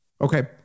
Okay